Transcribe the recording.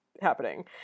happening